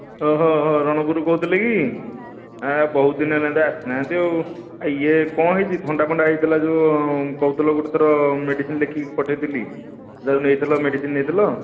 ହଁ ହଁ ରଣପୁରୁରୁ କହୁଥିଲେକି ବହୁତ ଦିନ ହେଲା ଏଆଡ଼େ ଆସି ନାହାନ୍ତି ଆଉ ଇଏ କ'ଣ ହୋଇଛି ଥଣ୍ଡା ଫଣ୍ଡା ହୋଇଥିଲା ଯେଉଁ କହୁଥିଲ ଗୋଟେ ଥର ମେଡିସିନ୍ ଲେଖିକି ପଠାଇଥିଲି ତାକୁ ନେଇଥିଲ ମେଡିସିନ୍ ନେଇଥିଲ